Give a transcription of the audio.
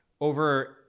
Over